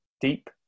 Deep